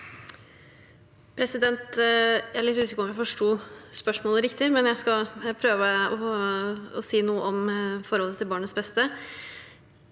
Jeg er litt usikker på om jeg forsto spørsmålet riktig, men jeg skal prøve å si noe om forholdet til barnets beste.